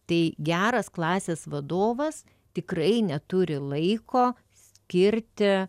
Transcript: tai geras klasės vadovas tikrai neturi laiko skirti